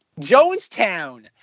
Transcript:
Jonestown